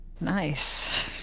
Nice